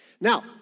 Now